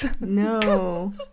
no